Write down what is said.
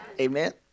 Amen